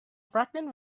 pregnant